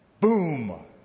Boom